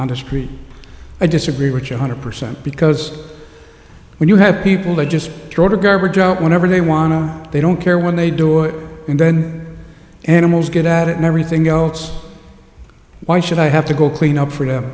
on the street i disagree rich one hundred percent because when you have people that just drop her garbage out whenever they want to they don't care when they do it and then animals get out and everything else why should i have to go clean up for them